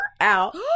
out